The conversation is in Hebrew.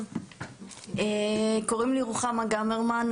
קוראים לי רוחמה גמרמן,